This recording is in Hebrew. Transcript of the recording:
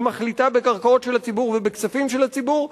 היא מחליטה בקרקעות של הציבור ובכספים של הציבור,